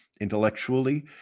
intellectually